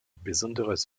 besonderes